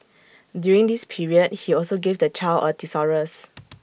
during this period he also gave the child A thesaurus